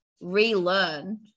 relearn